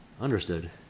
Understood